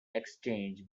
exchange